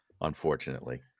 unfortunately